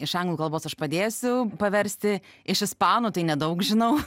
iš anglų kalbos aš padėsiu paversti iš ispanų tai nedaug žinau